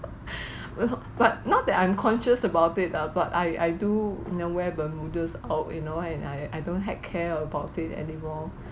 you know but not that I'm conscious about it lah but I I do you know wear bermudas out you know and I I don't heck care about it anymore